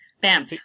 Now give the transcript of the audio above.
Bam